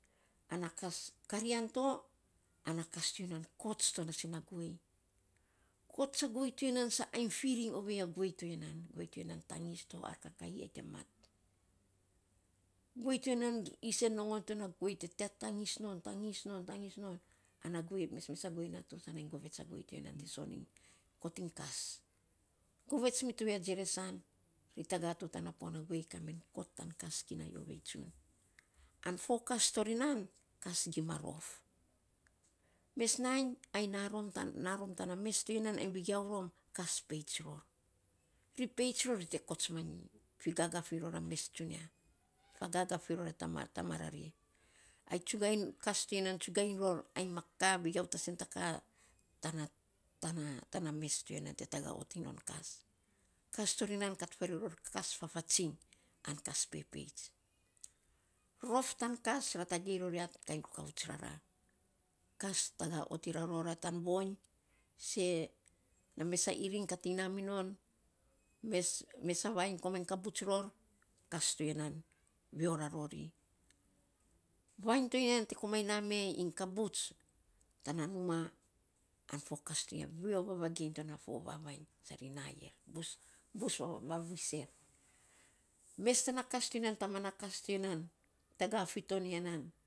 Ana kas karian to, ana kas to ya nan kots to na sen a guei. Kots a guei to ya nan sa ainy firiny ovei a guei to ya nan. Guei to ya nan tangis to ar kakaii ai te mat. Guei to ya nan, sen nongon to ana guei, mesmes sa guei na to sa nainy gvets a guei te son iny, kot iny kas govets mi to ya jeres an, ri taga to tana puana guei ka men kot tan kas kinai ovei tsun. An fo kas to ri nan, kas gima rof. Mes nainy ainy na rom na rom tana mes to ya nan, ainy vegiau rom, kas peits ror. Ri peits ror ri te kots manyi, figagaf iny ror a mes tsunia figagaf iny rom e tama ra ri. Ai tsugainy, kas to yu nan tsugany ror amy ma vegiau tai sen ta ka ana mes to ya nan te oting non a kas. Kas to ri nan kat farei ror ka vavatsiny an kas pepeits. rof tan kas ra tagei ror ya kainy rukouts rara. Kas taga otiny ra ro ra ta voiny se na mes a iriny katiny na minon, mes a vainy komainy kabuts ror ka to ya nan voo ra ro ri. Vainy to ya nan te komainy name iny kabuts tana numa an fo kas to ya veo vavageiny to ma fo vavainy san ro na er bus vavis er. Mes tana kas to ya nan taman a kas to ya nan taga fi to ni ya nan.